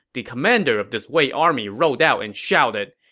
the commander of this wei army rode out and shouted,